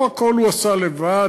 לא הכול הוא עשה לבד,